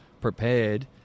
prepared